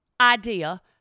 idea